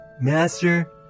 Master